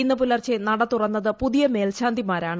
ഇന്ന് പുലർച്ചെ നട തുറന്നത് പുതിയ മേൽശാന്തിമാർാണ്